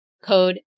code